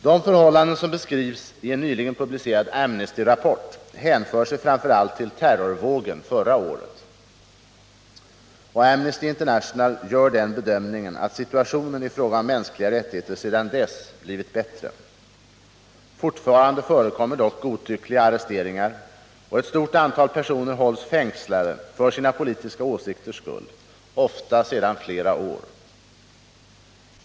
De förhållanden som beskrivs i en nyligen publicerad Amnestyrapport hänför sig framför allt till terrorvågen förra året, och Amnesty International gör den bedömningen att situationen i fråga om mänskliga rättigheter sedan dess blivit bättre. Fortfarande förekommer dock godtyckliga arresteringar, och ett stort antal personer hålls fängslade för sina politiska åsikters skull, ofta sedan flera år.